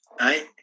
Right